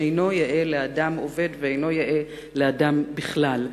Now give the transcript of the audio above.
שאינו יאה לאדם עובד ואינו יאה לאדם בכלל.